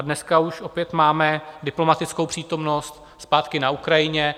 Dneska už opět máme diplomatickou přítomnost zpátky na Ukrajině.